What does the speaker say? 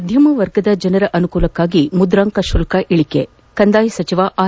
ಮಧ್ಯಮ ವರ್ಗದ ಜನರ ಅನುಕೂಲಕ್ಷಾಗಿ ಮುದ್ರಾಂಕ ಶುಲ್ಲ ಇಳಿಕೆ ಕಂದಾಯ ಸಚಿವ ಆರ್